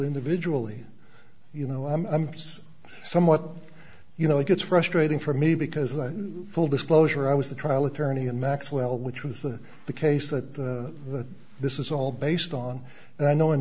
individual you know i'm somewhat you know it gets frustrating for me because a full disclosure i was a trial attorney in maxwell which was the case that the this is all based on and i know